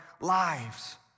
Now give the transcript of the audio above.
lives